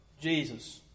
Jesus